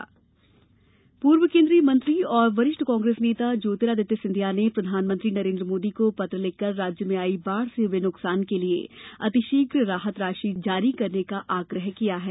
सिंधिया पत्र पूर्व केंद्रीय मंत्री और वरिष्ठ कांग्रेस नेता ज्योतिरादित्य सिंधिया ने प्रधानमंत्री नरेंद्र मोदी को पत्र लिखकर राज्य में आई बाढ़ से हुये नुकसान के लिए अतिशीघ्र राहत राशि जारी करने का आग्रह किया है